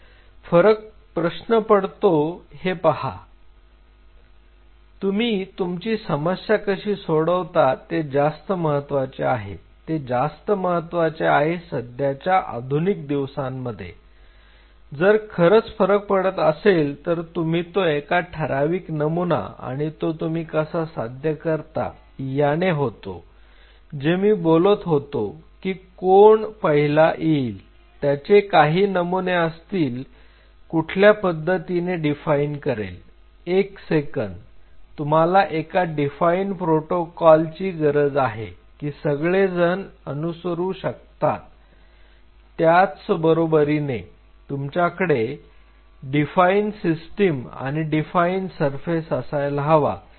तर फरक प्रश्न पडतो हे पहा तुम्ही तुमची समस्या कशी सोडवता ते जास्त महत्त्वाचे आहे ते जास्त महत्त्वाचे आहे सध्याच्या आधुनिक दिवसांमध्ये जर खरंच फरक पडत असेल तर तो एका ठराविक नमुना आणि तो तुम्ही कसा साध्य करता याने होतो जे मी बोलत होतो की कोण पहिला येईल त्याचे काही नमुने असतील तू कुठल्या पद्धतीने डिफाइन करेल एक सेकंद तुम्हाला एका डिफाइन प्रोटोकॉल ची गरज आहे की सगळेजण अनुसरू शकतात त्याचबरोबरीने तुमच्याकडे डिफाइन मिडीयम आणि डिफाइन सरफेस असायला हवा